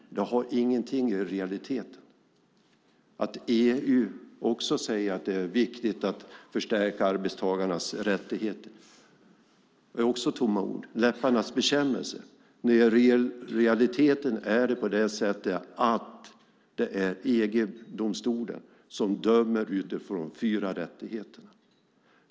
De har ingenting i realiteten. Att EU säger att det är viktigt att förstärka arbetstagarnas rättigheter är också tomma ord och läpparnas bekännelse. I realiteten är det på det sättet att EG-domstolen dömer utifrån fyra rättigheter.